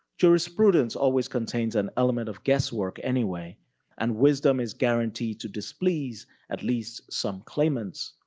jurisprudence always contains an element of guesswork anyway and wisdom is guaranteed to displease at least some claimants.